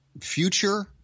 future